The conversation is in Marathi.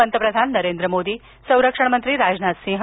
पंतप्रधान नरेंद्र मोदी संरक्षणमंत्री राजनाथ सिंह